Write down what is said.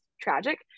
tragic